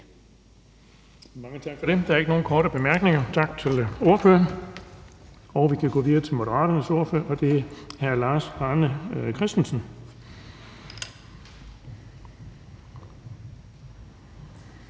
Mange tak for det. Der er ikke nogen korte bemærkninger. Tak til ordføreren. Vi går videre til Alternativets ordfører, og det er fru Helene Liliendahl